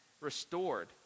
restored